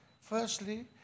firstly